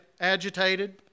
agitated